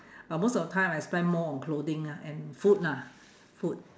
but most of the time I spend more on clothing ah and food lah food